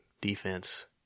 defense